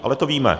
Ale to víme.